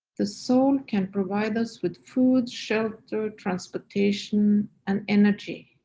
the soul can provide us with food, shelter transportation and energy,